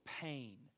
pain